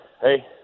hey